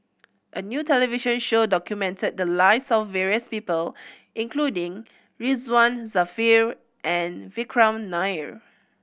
a new television show documented the lives of various people including Ridzwan Dzafir and Vikram Nair